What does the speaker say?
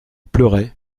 pleurait